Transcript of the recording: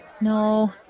No